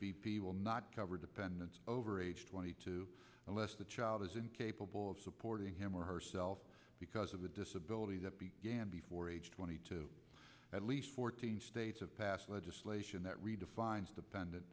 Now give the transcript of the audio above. p will not cover dependents over age twenty two unless the child is incapable of supporting him or herself because of a disability that began before age twenty two at least fourteen states have passed legislation that redefines dependent